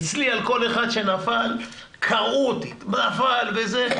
אצלי על כל אחד שנפל קרעו אותי: נפל וזה.